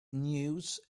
news